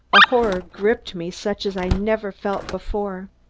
a horror gripped me such as i never felt before.